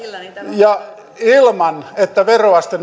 ilman että veroaste